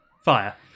Fire